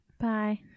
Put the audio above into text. Bye